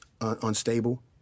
unstable